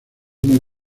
muy